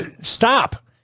stop